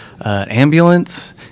ambulance